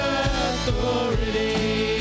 authority